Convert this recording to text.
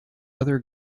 other